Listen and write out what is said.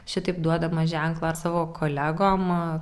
šitaip duodama ženklą savo kolegom